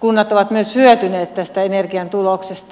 kunnat ovat myös hyötyneet tästä energian tuloksesta